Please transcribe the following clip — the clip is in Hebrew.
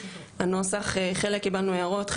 הנוסח חלק קיבלנו הערות,